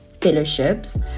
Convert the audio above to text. fellowships